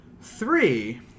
Three